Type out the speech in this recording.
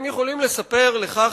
הם יכולים לספר לך,